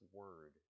word